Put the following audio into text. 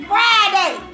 Friday